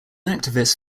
activist